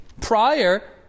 prior